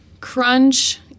crunch